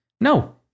No